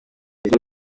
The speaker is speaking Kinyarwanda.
ryo